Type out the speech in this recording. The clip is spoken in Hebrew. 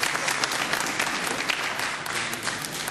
(מחיאות כפיים)